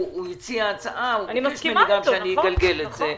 הוא הציע הצעה וביקש שאני אגלגל אותה.